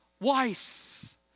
wife